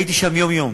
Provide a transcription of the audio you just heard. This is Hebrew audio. הייתי שם יום-יום,